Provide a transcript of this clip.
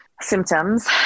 symptoms